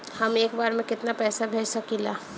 हम एक बार में केतना पैसा भेज सकिला?